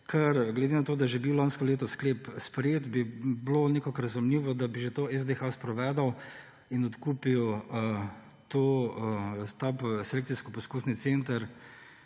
ker glede na to, da je že bil lansko leto sklep sprejet, bi bilo nekako razumljivo, da bi to že SDH sprovedel in odkupil ta Selekcijsko-poskusni center